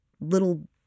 little